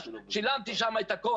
אמרה ניקח משכנתא.